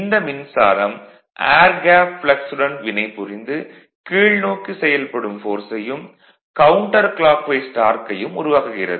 இந்த மின்சாரம் air gap flux உடன் வினைபுரிந்து கீழ்நோக்கி செயல்படும் ஃபோர்ஸையும் கவுன்ட்டர் க்ளாக்வைஸ் டார்க்கையும் உருவாக்குகிறது